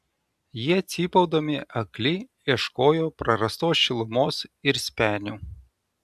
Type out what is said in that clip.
jie cypaudami akli ieškojo prarastos šilumos ir spenių